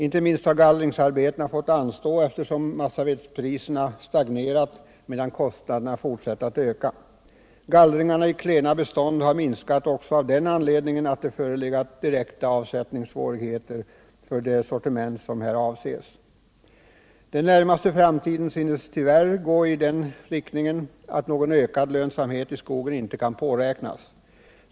Inte minst har gallringsarbetena fått anstå, eftersom massavedspriserna stagnerat medan kostnaderna fortsatt att öka. Gallringarna i klena bestånd har minskat också av den anledningen att det förelegat direkta avsättningssvårigheter för det sortiment som här avses. Utvecklingen under den närmaste framtiden synes tyvärr gå i den riktningen att någon ökad lönsamhet i skogen inte kan påräknas.